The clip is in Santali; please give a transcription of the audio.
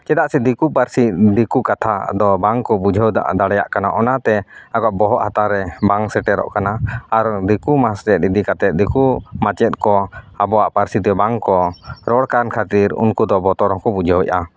ᱪᱮᱫᱟᱜ ᱥᱮ ᱫᱤᱠᱩ ᱯᱟᱹᱨᱥᱤ ᱫᱤᱠᱩ ᱠᱟᱛᱷᱟ ᱫᱚ ᱵᱟᱝ ᱠᱚ ᱵᱩᱡᱷᱟᱹᱣᱫᱟ ᱫᱟᱲᱮᱭᱟᱜ ᱠᱟᱱᱟ ᱚᱱᱟᱛᱮ ᱟᱫᱚ ᱵᱚᱦᱚᱜ ᱦᱟᱛᱟᱝ ᱨᱮ ᱵᱟᱝ ᱥᱮᱴᱮᱨᱚᱜ ᱠᱟᱱᱟ ᱟᱨᱚ ᱫᱤᱠᱩ ᱢᱟᱥᱴᱟᱨ ᱤᱫᱤ ᱠᱟᱛᱮᱫ ᱫᱤᱠᱩ ᱢᱟᱪᱮᱫ ᱠᱚ ᱟᱵᱚᱣᱟ ᱯᱟᱹᱨᱥᱤ ᱛᱮ ᱵᱟᱝᱠᱚ ᱨᱚᱲ ᱠᱟᱱ ᱠᱷᱟᱹᱛᱤᱨ ᱩᱝᱠᱩ ᱫᱚ ᱵᱚᱛᱚᱨ ᱦᱚᱸᱠᱚ ᱵᱩᱡᱷᱟᱹᱣᱮᱜᱼᱟ